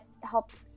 helped